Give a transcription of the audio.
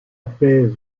pèse